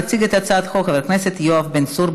יציג את הצעת החוק חבר הכנסת יואב בן צור.